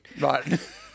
Right